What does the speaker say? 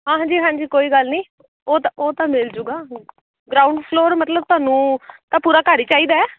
ਹਾਂਜੀ ਹਾਂਜੀ ਕੋਈ ਗੱਲ ਨਹੀਂ ਉਹ ਤਾ ਉਹ ਤਾਂ ਮਿਲ ਜੂਗਾ ਗਰਾਊਂਡ ਫਲੋਰ ਮਤਲਬ ਤੁਹਾਨੂੰ ਤਾਂ ਪੂਰਾ ਘਰ ਹੀ ਚਾਹੀਦਾ